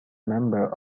member